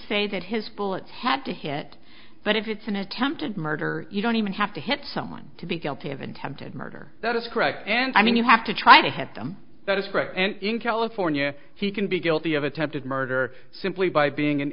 that his full it's had to hit but if it's an attempted murder you don't even have to hit someone to be guilty of attempted murder that is correct and i mean you have to try to help them that is correct and in california he can be guilty of attempted murder simply by being an